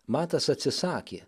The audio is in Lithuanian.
matas atsisakė